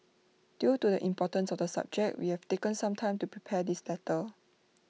due to the importance of the subject we have taken some time to prepare this letter